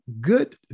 good